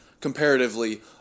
comparatively